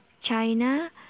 China